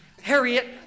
Harriet